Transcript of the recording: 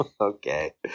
Okay